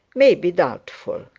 may be doubtful.